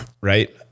right